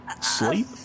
Sleep